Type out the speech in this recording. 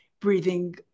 breathing